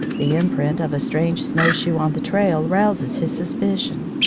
the imprint of a strange snowshoe on the trail rouses his suspicion.